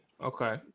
Okay